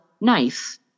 nice